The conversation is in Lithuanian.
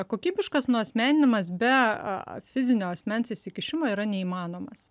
kokybiškas nuasmeninimas be fizinio asmens įsikišimo yra neįmanomas